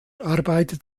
arbeitet